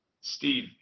Steve